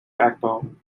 backbone